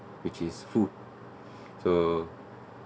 which is food so